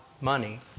money